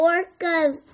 Orcas